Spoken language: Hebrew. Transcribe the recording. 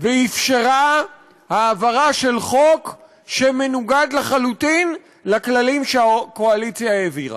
ואפשרה העברה של חוק שמנוגד לחלוטין לכללים שהקואליציה העבירה.